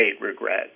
regret